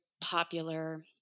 popular